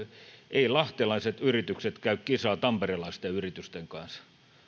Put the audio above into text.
eivät lahtelaiset yritykset käy kisaa tamperelaisten yritysten kanssa